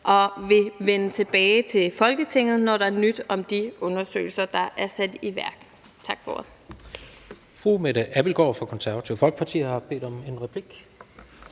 og vil vende tilbage til Folketinget, når der er nyt om de undersøgelser, der er sat i værk. Tak for